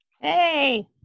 Hey